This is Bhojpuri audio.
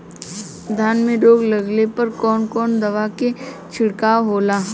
धान में रोग लगले पर कवन कवन दवा के छिड़काव होला?